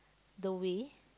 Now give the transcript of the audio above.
the way